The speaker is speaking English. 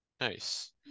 nice